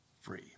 Free